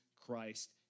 Christ